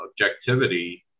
objectivity